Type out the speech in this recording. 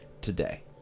today